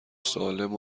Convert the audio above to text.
سالم